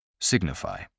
Signify